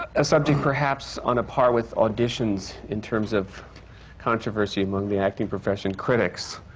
a subject, perhaps, on a par with auditions, in terms of controversy among the acting profession, critics.